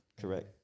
correct